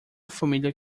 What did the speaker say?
família